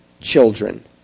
children